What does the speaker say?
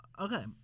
Okay